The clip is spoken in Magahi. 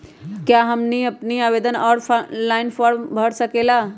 क्या हमनी आवेदन फॉर्म ऑनलाइन भर सकेला?